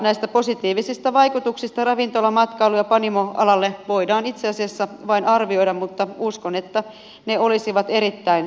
näitä positiivisia vaikutuksia ravintola matkailu ja panimoalalle voidaan itse asiassa vain arvioida mutta uskon että ne olisivat erittäin suuria